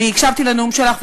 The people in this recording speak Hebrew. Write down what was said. אני הקשבתי לנאום שלך,